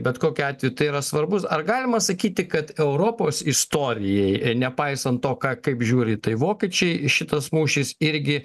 bet kokiu atveju tai yra svarbus ar galima sakyti kad europos istorijai nepaisant to ką kaip žiūri į tai vokiečiai šitas mūšis irgi